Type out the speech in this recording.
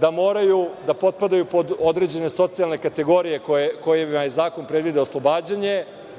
da moraju da potpadaju pod određene socijalne kategorije kojima je zakon predvideo oslobađanje,